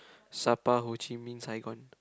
Sabah Ho Chi Minh Saigon